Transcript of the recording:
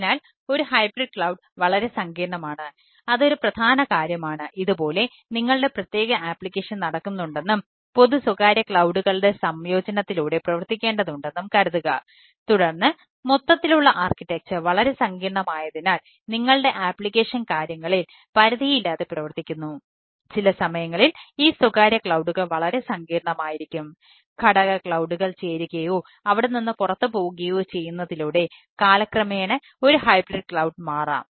അതിനാൽ ഒരു hybrid cloud നിർമ്മിക്കാം